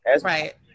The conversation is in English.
Right